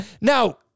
Now